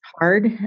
hard